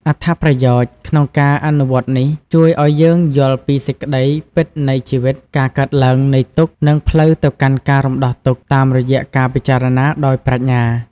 អត្ថប្រយោជន៍ ក្នុងការអនុវត្តន៍នេះជួយឲ្យយើងយល់ពីសេចក្តីពិតនៃជីវិត ការកើតឡើងនៃទុក្ខ និងផ្លូវទៅកាន់ការរំដោះទុក្ខ តាមរយៈការពិចារណាដោយប្រាជ្ញា។